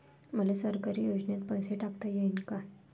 मले सरकारी योजतेन पैसा टाकता येईन काय?